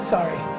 Sorry